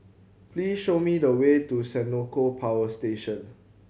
please show me the way to Senoko Power Station